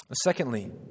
Secondly